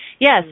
Yes